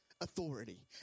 authority